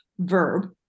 Verb